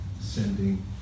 sending